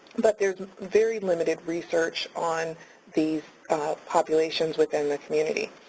but there's very limited research on these populations within the community.